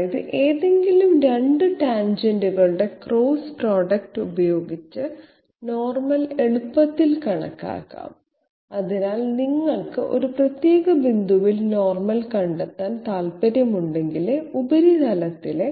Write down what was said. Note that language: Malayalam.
അതായത് ഏതെങ്കിലും 2 ടാൻജെന്റുകളുടെ ക്രോസ് പ്രൊഡക്റ്റ് ഉപയോഗിച്ച് നോർമൽ എളുപ്പത്തിൽ കണക്കാക്കാം അതിനാൽ നിങ്ങൾക്ക് ഒരു പ്രത്യേക ബിന്ദുവിൽ നോർമൽ കണ്ടെത്താൻ താൽപ്പര്യമുണ്ടെങ്കിൽ ഉപരിതലത്തിലെ